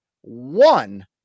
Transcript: one